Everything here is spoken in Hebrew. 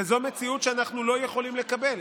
וזו מציאות שאנחנו לא יכולים לקבל.